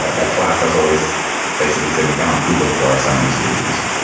that that class always basically said you cannot google for assignment solutions.